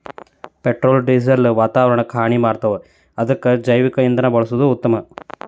petrol diesel ವಾತಾವರಣಕ್ಕ ಹಾನಿ ಮಾಡ್ತಾವ ಅದಕ್ಕ ಜೈವಿಕ ಇಂಧನಾ ಬಳಸುದ ಉತ್ತಮಾ